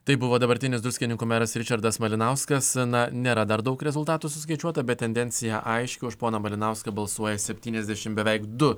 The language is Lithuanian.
tai buvo dabartinis druskininkų meras ričardas malinauskas na nėra dar daug rezultatų suskaičiuota bet tendencija aiški už poną malinauską balsuoja septyniasdešimt beveik du